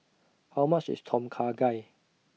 How much IS Tom Kha Gai